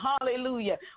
hallelujah